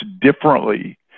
differently